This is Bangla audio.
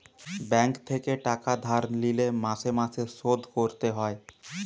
ব্যাঙ্ক থেকে টাকা ধার লিলে মাসে মাসে শোধ করতে হয়